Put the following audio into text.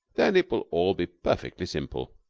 then it will all be perfectly simple.